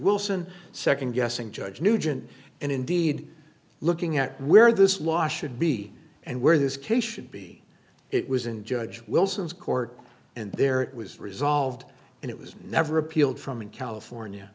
wilson nd guessing judge nugent and indeed looking at where this law should be and where this case should be it was in judge wilson's court and there it was resolved and it was never appealed from in california